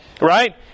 Right